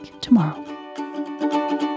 tomorrow